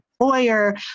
employer